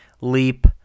leap